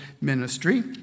ministry